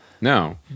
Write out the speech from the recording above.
No